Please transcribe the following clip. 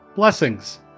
Blessings